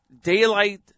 daylight